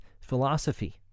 philosophy